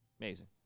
Amazing